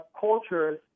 cultures